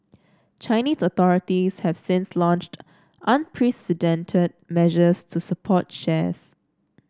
Chinese authorities have since launched unprecedented measures to support shares